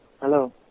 Hello